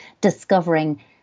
discovering